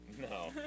No